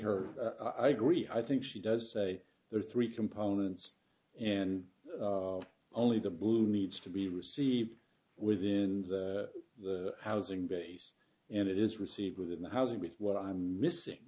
her i agree i think she does say there are three components and only the bloom needs to be received within the housing base and it is received within the housing with what i'm missing